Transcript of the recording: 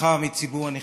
סליחה מציבור הנכים.